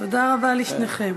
תודה רבה לשניכם.